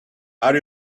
are